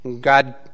God